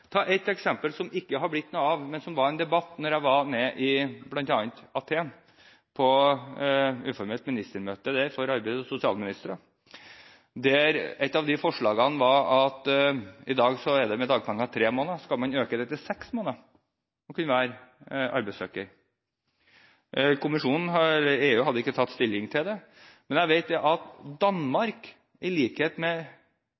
ta et eksempel som det ikke har blitt noe av, men som var gjenstand for debatt da jeg var i Aten på et uformelt ministermøte for arbeids- og sosialministre. I dag har man dagpenger i tre måneder. Et av forslagene var å øke det til å kunne være arbeidssøker i seks måneder. EU hadde ikke tatt stilling til det. Men jeg vet at Danmark, i likhet med undertegnede, var svært opptatt av at